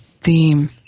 theme